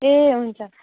ए हुन्छ